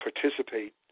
participate